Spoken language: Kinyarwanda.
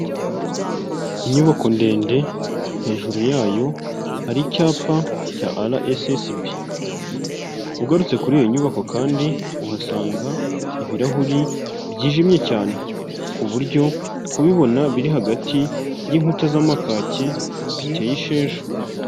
Inyubako ndende, hejuru yayo hari icyapa cya arayesesibi. Ugarutse kuri iyo nyubako kandi, uhasanga ibirahuri byijimye cyane. Ku buryo kubibona biri hagati y'inkuta z'amakake biteye isheja.